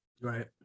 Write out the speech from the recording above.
Right